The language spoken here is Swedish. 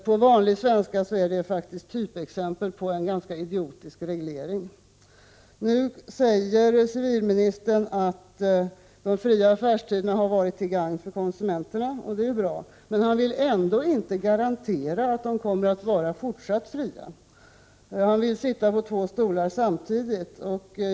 På vanlig svenska är detta typexempel på en ganska idiotisk reglering. Nu säger civilministern att de fria affärstiderna har varit till gagn för konsumenterna, och det är bra. Men han vill ändå inte garantera att de kommer att vara fortsatt fria. Han vill sitta på två stolar samtidigt.